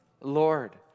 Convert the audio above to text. Lord